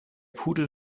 pudel